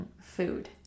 food